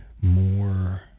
more